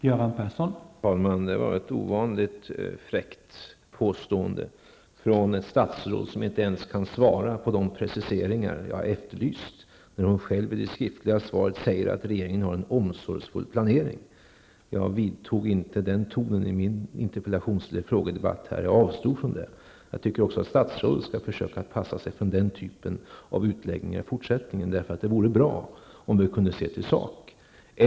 Herr talman! Detta var ett ovanligt fräckt påstående från ett statsråd som inte ens kan svara med anledning av de preciseringar som jag har efterlyst. Hon säger själv i det skriftliga svaret att regeringen har en omsorgsfull planering. Jag använde inte samma ton som hon i frågedebatten och tycker att även hon i fortsättningen bör försöka passa sig och inte använda den där typen av utläggningar. Det vore bra om vi kunde se till vad det gäller.